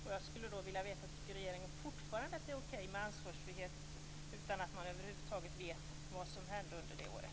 Jag skulle då vilja veta: Tycker regeringen fortfarande att det är okej med ansvarsfrihet, fast vi över huvud taget inte vet vad som hände under det året?